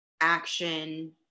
action